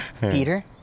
Peter